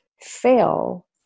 fail